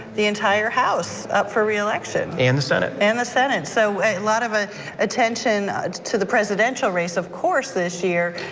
the entire house up for reelection. and the senate. and the senate so a lot of ah attention um to the presidential race of course this year.